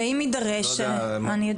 ואם לא יימצא פתרון,